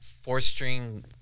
four-string